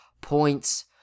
points